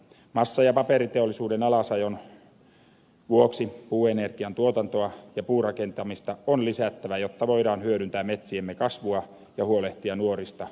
massa ja paperiteollisuuden alasajon vuoksi puuenergian tuotantoa ja puurakentamista on lisättävä jotta voidaan hyödyntää metsiemme kasvua ja huolehtia nuorista metsistä